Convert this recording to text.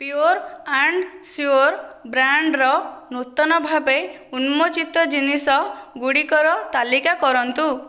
pure and sure ବ୍ରାଣ୍ଡ୍ର ନୂତନ ଭାବେ ଉନ୍ମୋଚିତ ଜିନିଷ ଗୁଡ଼ିକର ତାଲିକା କରନ୍ତୁ